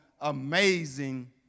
amazing